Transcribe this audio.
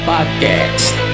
Podcast